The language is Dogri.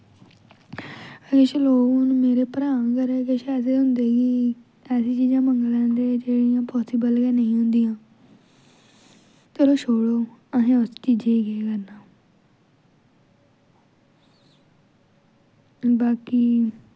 किश लोग हून मेरे भ्राऽ आंह्गर किश ऐसे होंदे कि ऐसी चीजां मंगी लैंदे जेह्ड़ियां पासिबल गै नेईं होंदियां चलो छोड़ो असें उस चीजै गी केह् करना बाकी